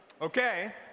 Okay